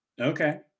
okay